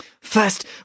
First